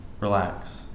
Relax